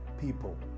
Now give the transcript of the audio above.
people